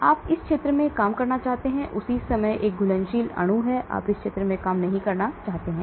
तो आप इस क्षेत्र में काम करना चाहते हैं उसी समय एक घुलनशील अणु है आप इस क्षेत्र में काम नहीं करना चाहते हैं